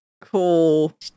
Cool